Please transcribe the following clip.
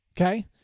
Okay